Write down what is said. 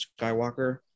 Skywalker